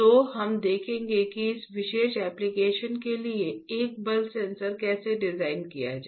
तो हम देखेंगे कि उस विशेष एप्लिकेशन के लिए एक बल सेंसर कैसे डिजाइन किया जाए